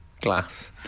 glass